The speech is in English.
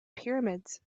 pyramids